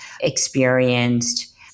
experienced